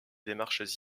démarches